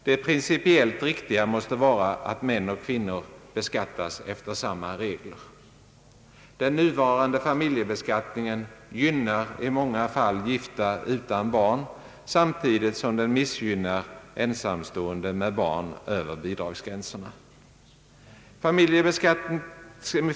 Det principiellt riktiga måste vara att män och kvinnor beskattas efter samma regler oberoende av civilstånd. Den nuvarande familjebeskattningen gynnar i många fall gifta utan barn samtidigt som den missgynnar ensamstående med barn över bidragsgränserna.